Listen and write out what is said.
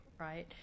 right